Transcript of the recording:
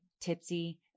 tipsy